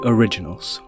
Originals